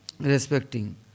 respecting